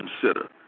consider